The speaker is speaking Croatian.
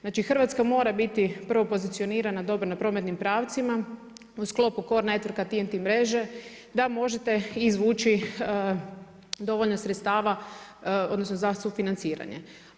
Znači Hrvatska mora biti prvo pozicionirana dobro na prometnim pravcima u sklopu core networka TNT mreže da možete izvući dovoljno sredstva, odnosno za sufinanciranje.